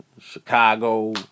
Chicago